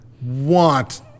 want